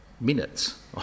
minutes